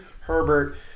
Herbert